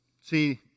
see